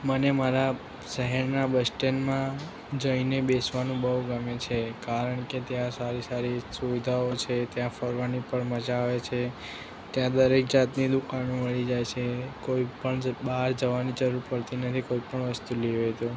મને મારા શહેરના બસ સ્ટેન્ડમાં જઈને બેસવાનું બહુ ગમે છે કારણ કે ત્યાં સારી સારી સુવિધાઓ છે ત્યાં ફરવાની પણ મજા આવે છે ત્યાં દરેક જાતની દુકાનો મળી જાય છે કોઈ પણ બહાર જવાની જરૂર પડતી નથી કોઈ પણ વસ્તુ લેવી હોય તો